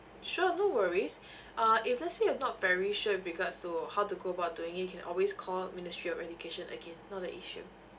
sure no worries uh if let's say you're not very sure with regards to how to go about doing it you can always call ministry of education again not a issue